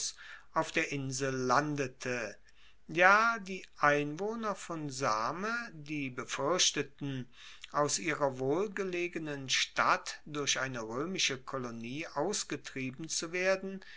auf der insel landete ja die einwohner von same die befuerchteten aus ihrer wohlgelegenen stadt durch eine roemische kolonie ausgetrieben zu werden